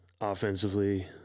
offensively